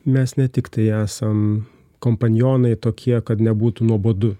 mes ne tiktai esam kompanionai tokie kad nebūtų nuobodu